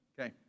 Okay